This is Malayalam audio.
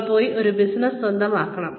നിങ്ങൾ പോയി ഒരു ബിസിനസ്സ് സ്വന്തമാക്കണം